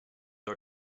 are